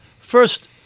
first